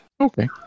Okay